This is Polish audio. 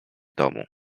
domu